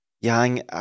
Yang